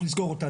לסגור אותה,